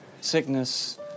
Sickness